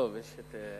לא, יש המציע.